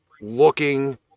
looking